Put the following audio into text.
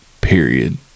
period